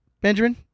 Benjamin